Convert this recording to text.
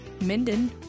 Minden